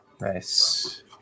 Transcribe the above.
Nice